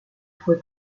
fue